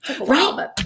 right